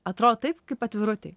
atrodo taip kaip atvirutėj